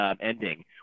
ending